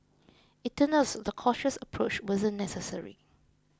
it turns out the cautious approach wasn't necessary